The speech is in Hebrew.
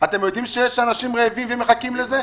אתם יודעים שיש אנשים רעבים שמחכים לזה?